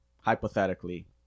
Hypothetically